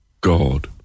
God